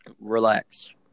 Relax